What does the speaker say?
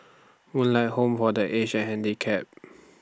Moonlight Home For The Aged and Handicapped